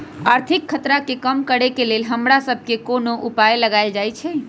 आर्थिक खतरा के कम करेके लेल हमरा सभके कोनो उपाय लगाएल जाइ छै